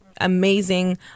amazing